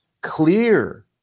clear